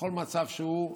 בכל מצב שהוא,